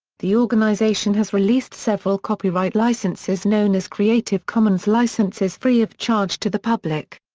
the organization has released several copyright-licenses known as creative commons licenses free of charge to the public.